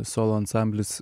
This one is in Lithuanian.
solo ansamblis